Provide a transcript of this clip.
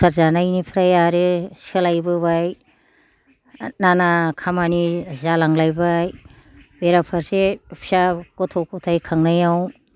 संसार जानायनिफ्राय आरो सोलायबोबाय नाना खामानि जालांलायबाय बेरा फारसे फिसा गथ' गथाइ खांनायाव